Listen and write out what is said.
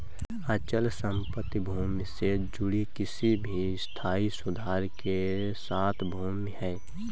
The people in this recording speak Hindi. अचल संपत्ति भूमि से जुड़ी किसी भी स्थायी सुधार के साथ भूमि है